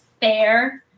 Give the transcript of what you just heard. Fair